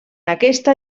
aquesta